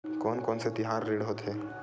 कोन कौन से तिहार ऋण होथे?